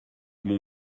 mon